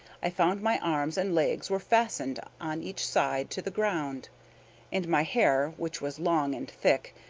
i found my arms and legs were fastened on each side to the ground and my hair, which was long and thick,